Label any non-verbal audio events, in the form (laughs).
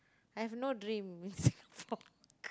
I have no dream in Singapore (laughs)